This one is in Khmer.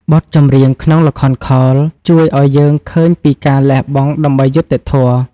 បទចម្រៀងក្នុងល្ខោនខោលជួយឱ្យយើងឃើញពីការលះបង់ដើម្បីយុត្តិធម៌។